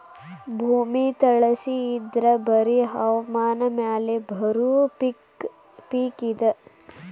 ಭೂಮಿ ತಳಸಿ ಇದ್ರ ಬರಿ ಹವಾಮಾನ ಮ್ಯಾಲ ಬರು ಪಿಕ್ ಇದ